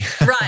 Right